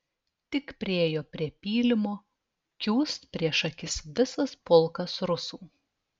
tik priėjo prie pylimo kiūst prieš akis visas pulkas rusų